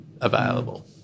available